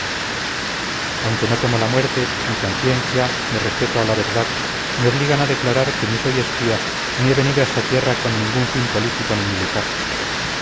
aunque no temo la muerte mi conciencia mi respeto a la verdad me obligan a declarar que ni soy espía ni he venido a esta tierra con ningún fin político ni militar